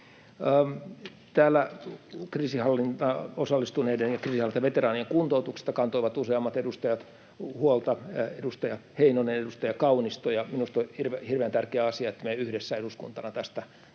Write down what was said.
Kriisinhallintaan osallistuneiden ja kriisinhallintaveteraanien kuntoutuksesta kantoivat useammat edustajat huolta — edustaja Heinonen, edustaja Kaunisto. Minusta on hirveän tärkeä asia, että me yhdessä eduskuntana tästä